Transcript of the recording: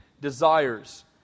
desires